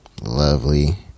Lovely